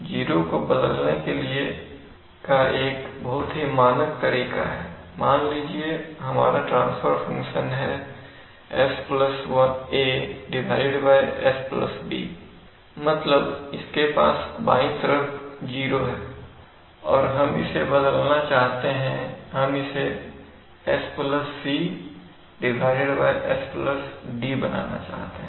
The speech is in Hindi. जीरो को बदलने का एक बहुत ही मानक तरीका है मान लीजिए हमारा ट्रांसफर फंक्शन है s a s b मतलब इसके पास बाई तरफ जीरो है और हम इसे बदलना चाहते हैं हम इसे s c s d बनाना चाहते हैं